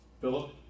Philip